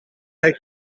hij